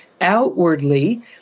outwardly